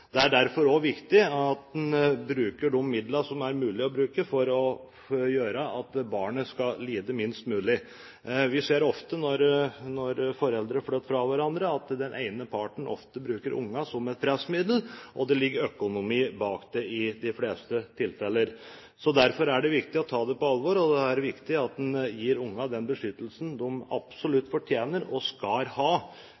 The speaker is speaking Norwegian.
Det er derfor også viktig at en bruker de midlene som er mulige å bruke, for at barna skal lide minst mulig. Vi ser ofte når foreldre flytter fra hverandre, at den ene parten bruker barna som et pressmiddel, og at det ligger økonomi bak i de fleste tilfeller. Derfor er det viktig å ta det på alvor og